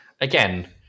again